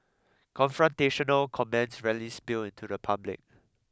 confrontational comments rarely spill into the public